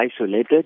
isolated